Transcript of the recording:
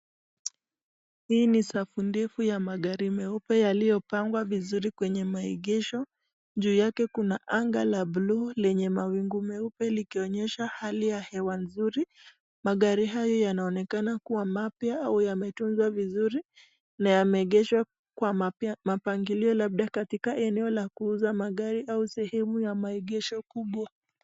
Hii ni safu ndefu ya magari meupe yaliyopangwa vizuri kwenye maegesho, juu yake kuna anga la bluu lenye mawingu meupe likionyesha hali ya hewa nzuri , magari haya yanaonekana kuwa mapya au yametunzwa vizuri na yameegeshwa kwa mpangilio labda katika eneo la kuuza magari au sehemu ya maegesho kubwa.